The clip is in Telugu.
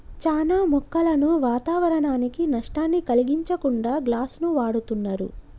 చానా మొక్కలను వాతావరనానికి నష్టాన్ని కలిగించకుండా గ్లాస్ను వాడుతున్నరు